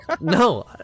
no